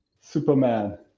Superman